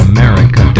America